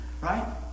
Right